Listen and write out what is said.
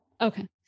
Okay